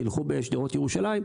תלכו בשדרות ירושלים,